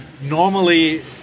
Normally